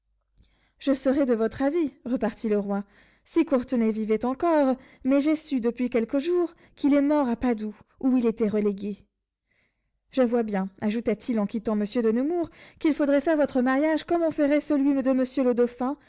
je serais de votre avis repartit le roi si courtenay vivait encore mais j'ai su depuis quelques jours qu'il est mort à padoue où il était relégué je vois bien ajouta-t-il en quittant monsieur de nemours qu'il faudrait faire votre mariage comme on ferait celui de monsieur le dauphin